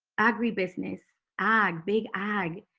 agribusiness ag big ag.